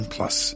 Plus